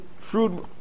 fruit